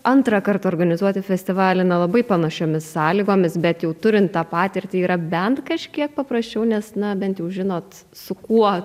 antrą kartą organizuoti festivalį na labai panašiomis sąlygomis bet jau turint tą patirtį yra bent kažkiek paprasčiau nes na bent jau žinot su kuo